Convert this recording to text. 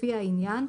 לפי העניין,